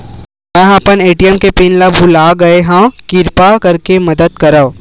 मेंहा अपन ए.टी.एम के पिन भुला गए हव, किरपा करके मदद करव